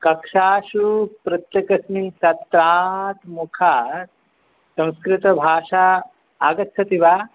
कक्षासु पृथकस्मिन् छात्रात् मुखात् संस्कृतभाषा आगच्छति वा